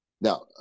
Now